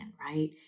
right